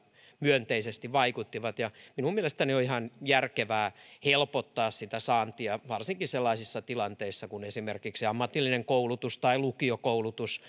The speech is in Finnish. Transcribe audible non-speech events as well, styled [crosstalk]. myönteisesti vaikuttivat minun mielestäni on ihan järkevää helpottaa sitä saantia varsinkin sellaisissa tilanteissa kun esimerkiksi ammatillinen koulutus tai lukiokoulutus [unintelligible]